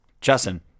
justin